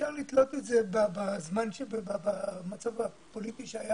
אפשר לתלות את זה במצב הפוליטי שהיה